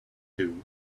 two